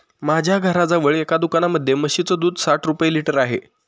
माझ्या घराजवळ एका दुकानामध्ये म्हशीचं दूध साठ रुपये लिटर आहे